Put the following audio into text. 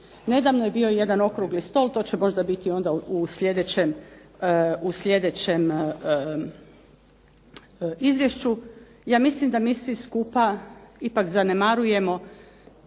Nedavno je bio jedan okrugli stol, to će možda biti u sljedećem izvješću. Ja mislim da ipak zanemarujemo